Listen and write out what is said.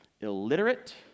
illiterate